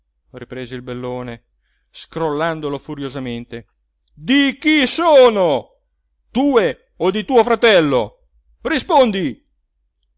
riprese il bellone scrollandolo furiosamente di chi sono tue o di tuo fratello rispondi